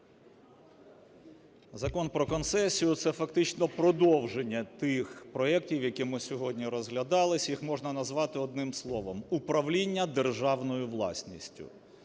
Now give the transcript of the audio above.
Закон про концесію – це фактично продовження тих проектів, які ми сьогодні розглядали. Їх можна назвати одним словом "управління державною власністю".